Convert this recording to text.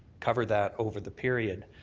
cover that over the period.